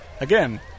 again